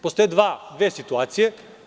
Postoje dve situacije.